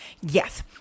yes